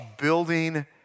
building